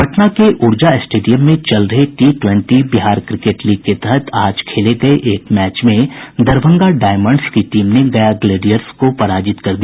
पटना के ऊर्जा स्टेडियम में चल रहे T twenty Bihar cricket league के तहत आज खेले गये एक मैच में दरभंगा डायमंड्स की टीम ने गया ग्लेडियर्स को पराजित कर दिया